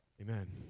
Amen